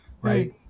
right